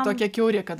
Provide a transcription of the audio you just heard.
tokie kiauri kad